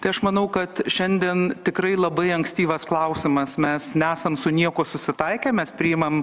tai aš manau kad šiandien tikrai labai ankstyvas klausimas mes nesam su niekuo susitaikę mes priimam